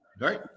Right